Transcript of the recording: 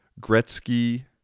Gretzky